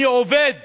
אני עובד